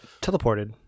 teleported